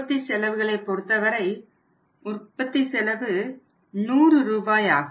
உற்பத்தி செலவுகளை பொருத்தவரை உற்பத்தி செலவு 100 ரூபாய் ஆகும்